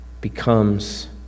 becomes